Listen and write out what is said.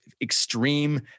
extreme